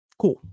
Cool